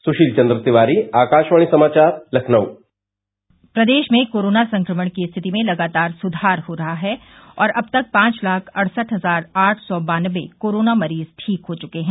सुशील चन्द्र तिवारी आकाशवाणी समाचार लखनऊ प्रदेश में कोरोना संक्रमण की स्थिति में लगातार सुधार हो रहा है और अब तक पांच लाख अडसठ हजार आठ सौ बान्नबे कोरोना मरीज ठीक हो चुके हैं